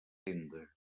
tenda